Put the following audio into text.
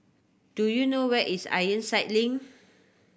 do you know where is Ironside Link